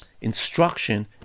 instruction